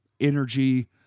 energy